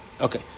Okay